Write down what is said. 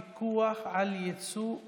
בואו